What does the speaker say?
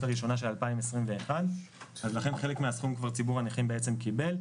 הראשונה של 2021. לכן חלק מהסכום ציבור הנכים כבר קיבל.